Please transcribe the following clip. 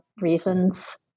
reasons